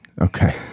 Okay